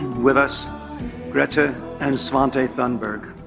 with us greta and svante thunberg.